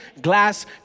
glass